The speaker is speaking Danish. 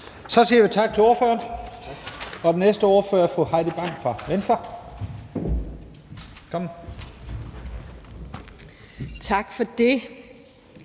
Så siger vi tak til ordføreren. Den næste ordfører er fru Heidi Bank fra Venstre. Velkommen.